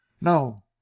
No